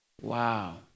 Wow